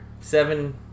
Seven